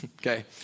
okay